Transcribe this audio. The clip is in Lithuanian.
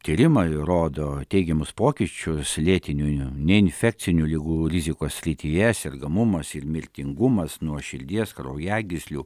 tyrimai rodo teigiamus pokyčius lėtinių neinfekcinių ligų rizikos srityje sergamumas ir mirtingumas nuo širdies kraujagyslių